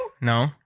No